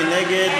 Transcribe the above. מי נגד?